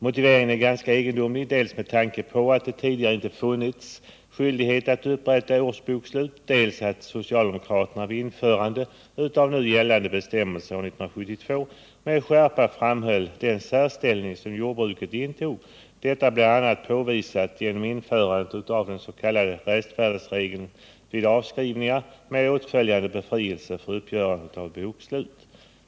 Motiveringen är ganska egendomlig med tanke på dels att det tidigare inte funnits skyldighet att upprätta årsbokslut, dels att socialdemokraterna vid införandet av nu gällande bestämmelser år 1972 med skärpa framhöll den särställning som jordbruket intog — detta bl.a. påvisat genom införandet av den s.k. restvärdesregeln vid avskrivningar med åtföljande befrielse från uppgörande av bokslut.